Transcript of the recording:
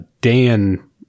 Dan